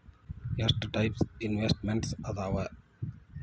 ಎಷ್ಟ types investments ಅದಾವ